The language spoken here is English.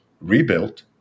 rebuilt